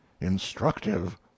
instructive